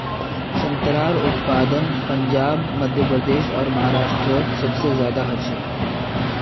संत्रार उत्पादन पंजाब मध्य प्रदेश आर महाराष्टरोत सबसे ज्यादा होचे